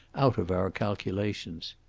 out of our calculations.